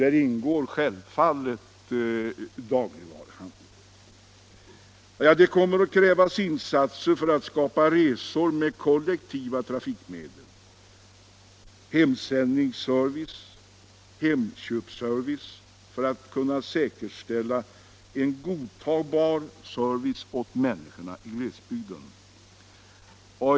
Där ingår självfallet dagligvaruhandeln. Det kommer att krävas insatser i syfte att ordna möjligheter att resa med kollektiva trafikmedel, hemsändningsservice och hemköpsservice för att säkerställa en godtagbar standard åt människorna i glesbygden.